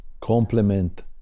complement